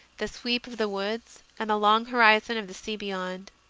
the sweep of the woods, and the long horizon of the sea beyond.